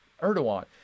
Erdogan